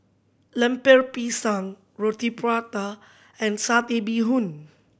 Lemper Pisang Roti Prata and Satay Bee Hoon